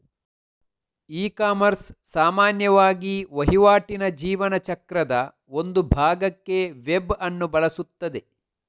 ecommerce ಸಾಮಾನ್ಯವಾಗಿ ವಹಿವಾಟಿನ ಜೀವನ ಚಕ್ರದ ಒಂದು ಭಾಗಕ್ಕೆ ವೆಬ್ ಅನ್ನು ಬಳಸುತ್ತದೆ